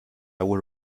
will